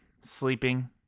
sleeping